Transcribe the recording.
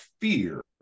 fear